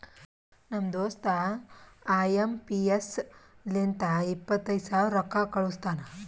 ನಮ್ ದೋಸ್ತ I M P S ಲಿಂತ ಇಪ್ಪತೈದು ಸಾವಿರ ರೊಕ್ಕಾ ಕಳುಸ್ತಾನ್